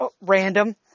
random